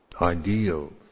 ideals